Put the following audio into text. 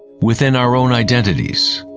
within our own identities.